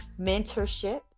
mentorship